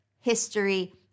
history